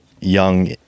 young